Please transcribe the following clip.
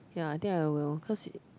ya I think I will cause you